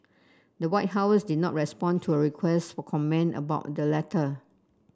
the White House did not respond to a request for comment about the letter